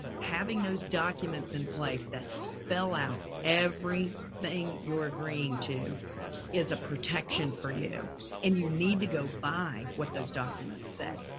having those documents in place that spell out every thing you're agreeing to is a protection for you and you need to go by what those documents say.